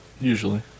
Usually